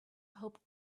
hoped